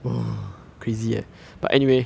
what crazy but anyway